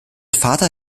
vater